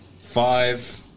five